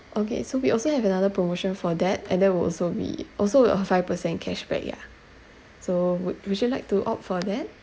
okay so we also have another promotion for that and that will also be also will a five per cent cash back yeah so would would you like to opt for that